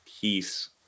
peace